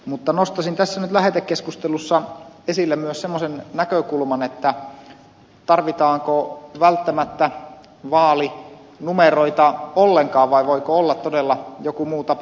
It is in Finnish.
mutta nostaisin nyt tässä lähetekeskustelussa esille myös semmoisen näkökulman tarvitaanko välttämättä vaalinumeroita ollenkaan vai voiko olla todella joku muu tapa